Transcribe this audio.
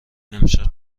امشب